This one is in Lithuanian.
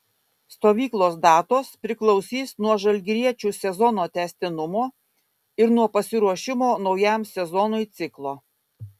stovyklos datos priklausys nuo žalgiriečių sezono tęstinumo ir nuo pasiruošimo naujam sezonui ciklo